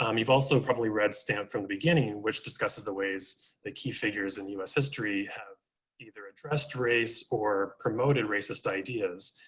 um you've also probably read stamped from the beginning, which discusses the ways the key figures in us history have either addressed race or promoted racist ideas.